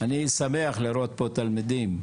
שמח לראות פה תלמידים.